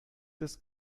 this